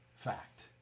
Fact